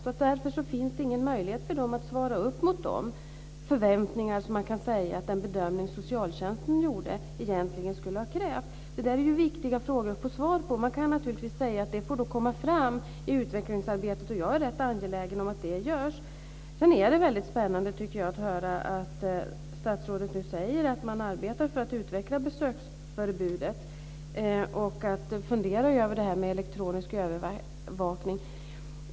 Fanns det därför inte någon möjlighet för polisen att svara upp mot de förväntningar man kan säga att den bedömning socialtjänsten gjorde egentligen skulle ha krävt? Det här är ju viktiga frågor att få svar på. Man kan naturligtvis säga att det får komma fram i utvecklingsarbetet. Jag är rätt angelägen om att det görs. Sedan är det spännande, tycker jag, att höra att statsrådet nu säger att man arbetar för att utveckla besöksförbudet och att man funderar över det här med elektronisk övervakning.